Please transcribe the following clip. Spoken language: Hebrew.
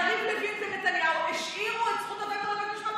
יריב לוין ונתניהו השאירו את זכות הווטו לבית המשפט